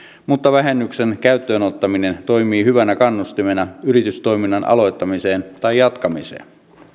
mutta vähennyksen käyttöönottaminen toimii hyvänä kannustimena yritystoiminnan aloittamiseen tai jatkamiseen